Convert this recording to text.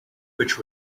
which